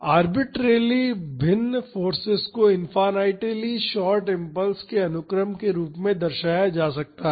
arbitrarily भिन्न force को infinitely short impulse के अनुक्रम के रूप में दर्शाया जा सकता है